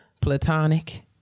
platonic